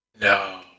No